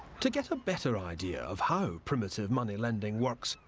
to get a better idea of how primitive moneyiending works,